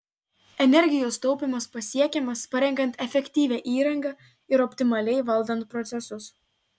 energijos taupymas pasiekiamas parenkant efektyvią įrangą ir optimaliai valdant procesus